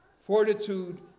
fortitude